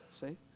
see